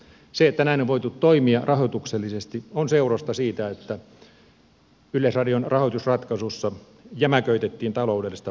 se että näin on voitu toimia rahoituksellisesti on seurausta siitä että yleisradion rahoitusratkaisussa jämäköitettiin taloudellista pohjaa merkittävästi